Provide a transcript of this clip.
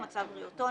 מצב בריאותו,